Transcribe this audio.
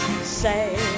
say